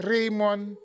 Raymond